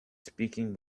speaking